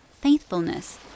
faithfulness